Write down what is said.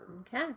Okay